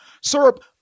syrup